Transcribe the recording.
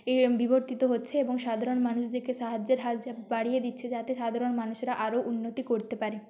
এ বিবর্তিত হচ্ছে এবং সাধারণ মানুষদেরকে সাহায্যের হাত বাড়িয়ে দিচ্ছে যাতে সাধারণ মানুষেরা আরও উন্নতি করতে পারে